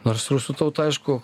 nors rusų tauta aišku